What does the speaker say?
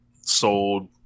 sold